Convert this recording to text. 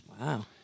Wow